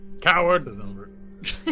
Coward